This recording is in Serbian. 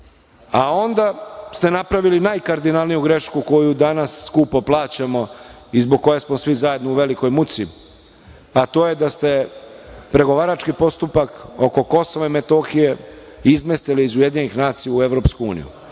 a onda ste napravili najkardinalniju grešku koju danas skupo plaćamo i zbog koje smo svi zajedno u velikoj muci, a to je da ste pregovarački postupak oko Kosova i Metohije izmestili iz UN u EU, znajući